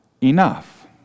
enough